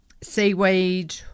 seaweed